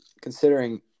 considering